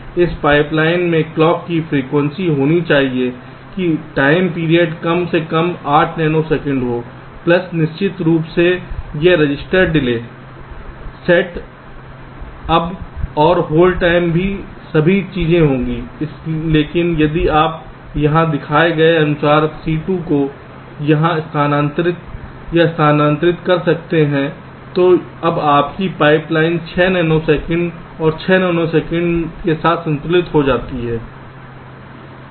इसलिए इस पाइपलाइन में क्लॉक की फ्रीक्वेंसी ऐसी होनी चाहिए कि टाइम पीरियड कम से कम 8 नैनो सेकंड हो प्लस निश्चित रूप से यह रजिस्टर डिले सेट अब और होल्ड टाइम भी सभी चीजें होंगी लेकिन यदि आप यहां दिखाए गए अनुसार C2 को यहां स्थानांतरित या स्थानांतरित कर सकते हैं तो अब आपकी पाइपलाइन 6 नैनो सेकंड और 6 नैनो सेकंड के साथ संतुलित हो जाती है